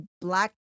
black